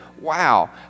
wow